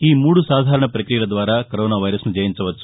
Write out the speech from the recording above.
ఈ మూడు సాధారణ ప్రక్రియల ద్వారా కరోనా వైరస్ను జయించవచ్చు